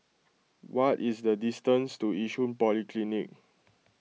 what is the distance to Yishun Polyclinic